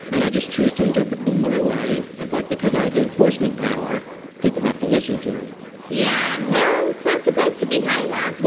and i just choose to interpret them my way. but because i have the enforcement power, people have to listen to me yeah, well, that's supposed to be how it works.